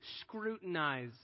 scrutinize